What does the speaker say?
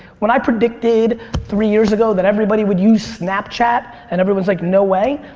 when i predicted three years ago that everybody would use snapchat and everyone's like no way.